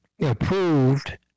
approved